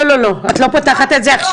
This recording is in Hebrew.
לא לא לא, את לא פותחת את זה עכשיו.